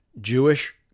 Jewish